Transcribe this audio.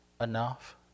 enough